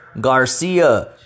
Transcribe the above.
Garcia